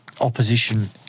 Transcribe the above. opposition